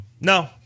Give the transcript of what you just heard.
No